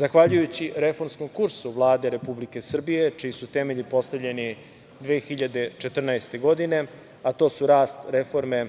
zahvaljujući reformskom kursu Vlade Republike Srbije čiji su temelji postavljeni 2014. godine, a to su rast, reforme,